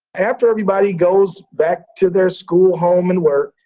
after everybody goes back to their school, home, and work,